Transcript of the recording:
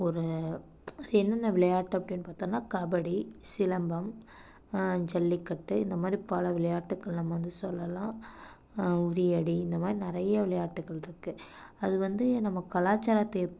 ஒரு என்னென்ன விளையாட்டு அப்படினு பார்த்தோன்னா கபடி சிலம்பம் ஜல்லிக்கட்டு இந்த மாதிரி பல விளையாட்டுக்கள் நம்ம வந்து சொல்லலாம் உறியடி இந்த மாதிரி நிறைய விளையாட்டுகள் இருக்குது அது வந்து நம்ம கலச்சாரத்தை